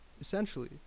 Essentially